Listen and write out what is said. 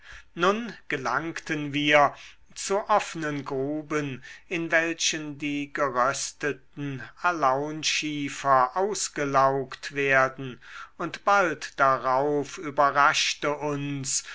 nun gelangten wir zu offnen gruben in welchen die gerösteten alaunschiefer ausgelaugt werden und bald darauf überraschte uns